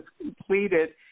completed